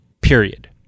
period